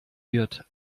wird